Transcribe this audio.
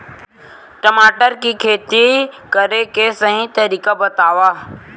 टमाटर की खेती करे के सही तरीका बतावा?